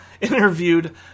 interviewed